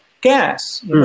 gas